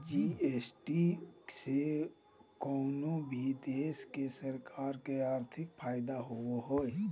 GST से कउनो भी देश के सरकार के आर्थिक फायदा होबो हय